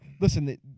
Listen